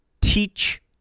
teach